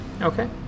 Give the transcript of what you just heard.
Okay